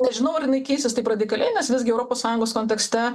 nežinau ar jinai keisis taip radikaliai nes visgi europos sąjungos kontekste